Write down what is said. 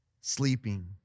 sleeping